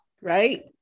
right